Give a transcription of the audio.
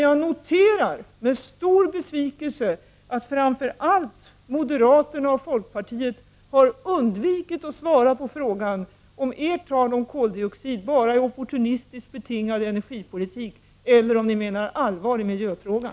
Jag har med stor besvikelse noterat att framför allt moderata samlingspartiet och folkpartiet undvikit att svara på om deras tal om koldioxid bara är ett led i en opportunistiskt betingad energipolitik eller om de menar allvar i miljöfrågan.